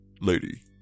lady